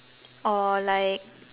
or like